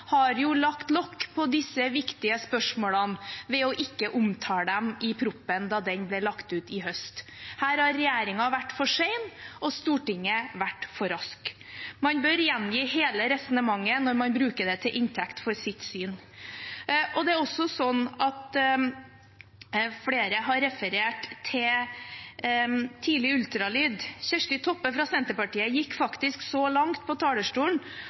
lagt lokk på disse viktige spørsmålene ved ikke å omtale dem i proposisjonen da den ble lagt fram i høst. Her har regjeringen vært for sen, og Stortinget har vært for rask. Man bør gjengi hele resonnementet når man bruker det til inntekt for sitt syn. Flere har referert til tidlig ultralyd. Kjersti Toppe fra Senterpartiet gikk faktisk så langt på talerstolen